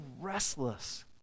restless